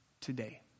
today